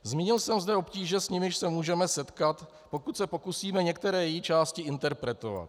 Zmínil jsem zde obtíže, s nimiž se můžeme setkat, pokud se pokusíme některé její části interpretovat.